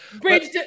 Bridge